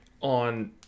on